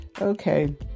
Okay